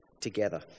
together